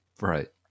Right